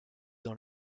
dans